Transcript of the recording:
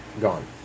Gone